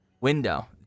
window